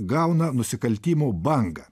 gauna nusikaltimų bangą